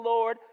Lord